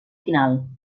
final